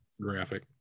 graphic